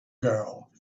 girl